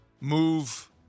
move